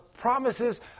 promises